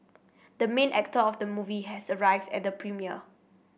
the main actor of the movie has arrived at the premiere